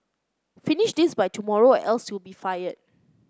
finish this by tomorrow or else you'll be fired